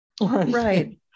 right